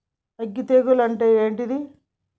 అగ్గి తెగులు అంటే ఏంది?